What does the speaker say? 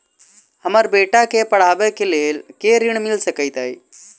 हमरा बेटा केँ पढ़ाबै केँ लेल केँ ऋण मिल सकैत अई?